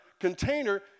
container